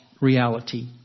reality